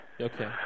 okay